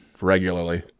regularly